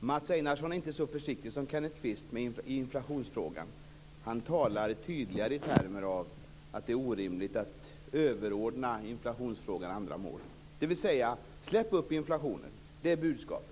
Mats Einarsson är inte så försiktig som Kenneth Kvist i inflationsfrågan. Han talar tydligare i termer av att det är orimligt att överordna inflationsfrågan andra mål. Släpp upp inflationen! Det är budskapet.